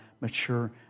mature